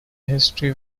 history